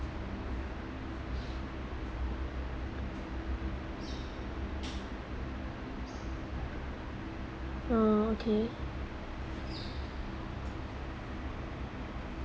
oh okay